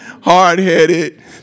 hard-headed